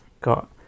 Got